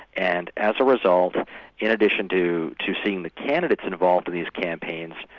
and as a result in addition to to seeing the candidates involved in these campaigns,